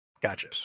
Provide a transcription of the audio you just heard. Gotcha